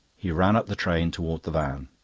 he ran up the train towards the van.